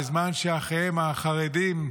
בזמן שאחיהם החרדים,